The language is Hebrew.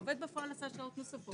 העובד בפועל עשה שעות נוספות.